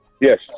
Yes